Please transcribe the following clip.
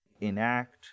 enact